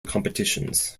competitions